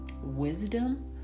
wisdom